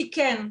תיקן,